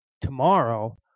tomorrow